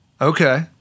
okay